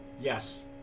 Yes